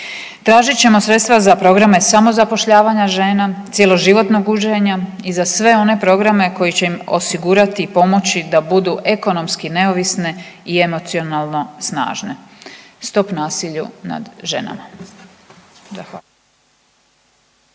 reći ne nasilnicima na programe samozapošljavanja žena, cjeloživotnog učenja i sve one programe koji će im pomoći da budu ekonomski neovisne i emocionalno snažne. Zahvaljujem.